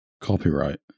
copyright